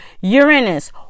Uranus